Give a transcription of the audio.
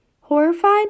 horrified